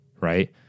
right